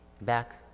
Back